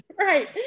Right